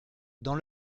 dans